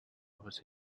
was